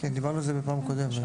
דיברנו על זה בפעם הקודמת.